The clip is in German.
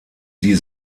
die